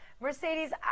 Mercedes